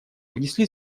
внесли